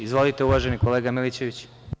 Izvolite, uvaženi kolega Milićeviću.